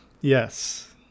yes